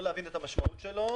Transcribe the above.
לא להבין את המשמעות שלו,